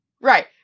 Right